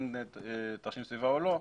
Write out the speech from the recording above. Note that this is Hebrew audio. כן תרשים סביבה או לא,